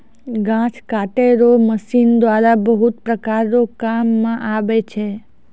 घास काटै रो मशीन द्वारा बहुत प्रकार रो काम मे आबै छै